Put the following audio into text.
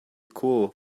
cool